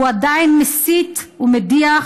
הוא עדיין מסית ומדיח,